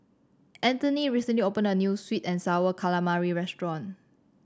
Antony recently opened a new sweet and Sour Calamari restaurant